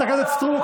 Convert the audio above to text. חברת הכנסת סטרוק,